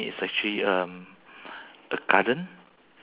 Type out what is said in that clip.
you will see a buy one get one free